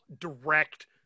direct